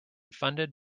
funded